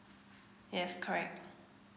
yes correct